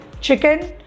chicken